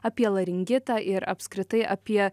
apie laringitą ir apskritai apie